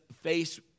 face